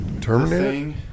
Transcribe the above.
Terminator